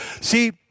See